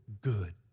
good